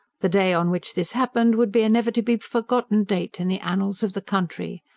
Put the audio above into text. the day on which this happened would be a never-to-be-forgotten date in the annals of the country.